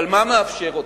אבל מה מאפשר אותה?